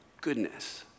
goodness